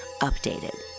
Updated